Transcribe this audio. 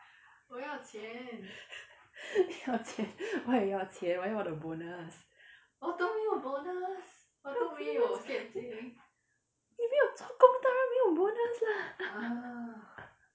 你要钱我也要钱我要我的 bonus 你没有做工当然没有 bonus lah